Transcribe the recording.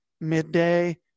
Midday